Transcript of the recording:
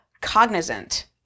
cognizant